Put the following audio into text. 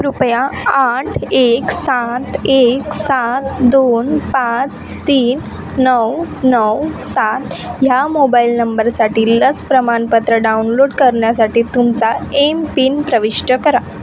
कृपया आठ एक सात एक सात दोन पाच तीन नऊ नऊ सात ह्या मोबाईल नंबरसाठी लस प्रमाणपत्र डाउनलोड करण्यासाठी तुमचा एमपिन प्रविष्ट करा